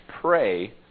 pray